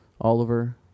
Oliver